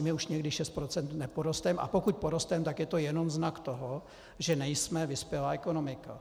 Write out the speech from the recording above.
My už nikdy o šest procent neporosteme, a pokud porosteme, tak je to jen znak toho, že nejsme vyspělá ekonomika.